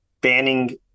banning